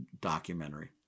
documentary